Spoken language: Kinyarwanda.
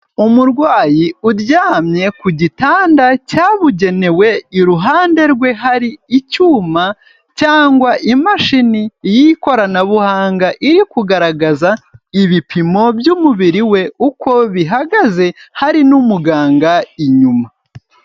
Umurwayi uryamye ku gitanda cyabugenewe, iruhande rwe hari icyuma cyangwa imashini y'ikoranabuhanga iri kugaragaza ibipimo by'umubiri we uko bihagaze, hari n'umuganga inyuma.